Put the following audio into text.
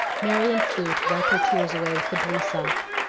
marion flew to wipe her tears away with the blue sock,